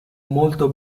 molto